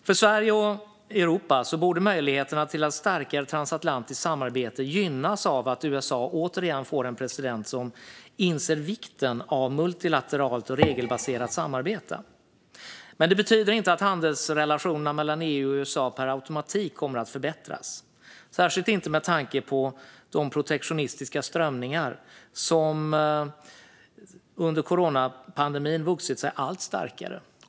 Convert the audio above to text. För Sverige och Europa borde möjligheterna till ett starkare transatlantiskt samarbete gynnas av att USA återigen får en president som inser vikten av multilateralt och regelbaserat samarbete. Men det betyder inte att handelsrelationerna mellan EU och USA per automatik kommer att förbättras, särskilt inte med tanke på de protektionistiska strömningar som under coronapandemin vuxit sig allt starkare.